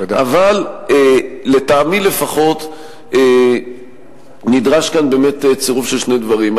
אבל, לטעמי לפחות, נדרש צירוף של שני דברים.